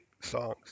songs